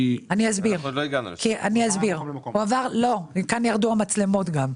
כאן ירדו המצלמות גם.